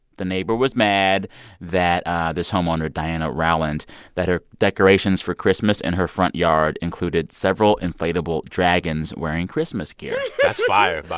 the neighbor was mad that this homeowner, diana rowland that her decorations for christmas in her front yard included several inflatable dragons wearing christmas gear that's fire,